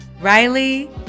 Riley